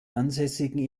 ansässigen